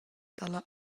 dalla